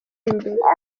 imbere